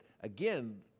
again